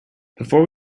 before